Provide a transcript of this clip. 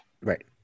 right